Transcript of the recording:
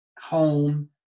home